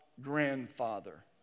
grandfather